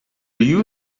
you